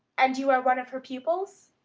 and you are one of her pupils?